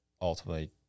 ultimately